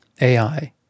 AI